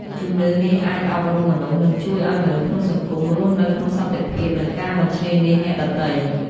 ជំនឿនេះអាចអប់រំមនុស្ស និងជួយឲ្យមនុស្សក្នុងសង្គមរស់នៅក្នុងសន្តិភាព និងការមិនឈ្នានីសអ្នកដទៃ។